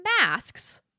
masks